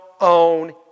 own